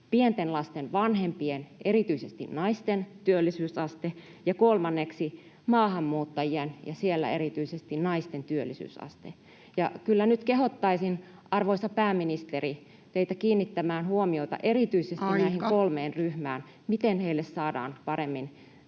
pienten lasten vanhempien, erityisesti naisten, työllisyysaste ja kolmanneksi maahanmuuttajien, erityisesti naisten, työllisyysaste. Kyllä nyt kehottaisin, arvoisa pääministeri, teitä kiinnittämään huomiota erityisesti [Puhemies: Aika!] näihin kolmeen ryhmään, siihen, miten heidät saadaan